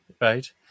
Right